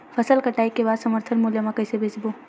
फसल कटाई के बाद समर्थन मूल्य मा कइसे बेचबो?